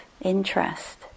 interest